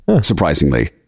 Surprisingly